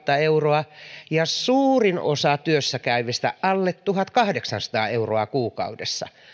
euroa ja suuri osa työssä käyvistä alle tuhatkahdeksansataa euroa kuukaudessa